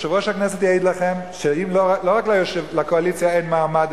יושב-ראש הכנסת יעיד לכם שלא רק לקואליציה אין מעמד